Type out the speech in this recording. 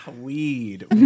Weed